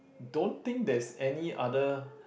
don't think there's any other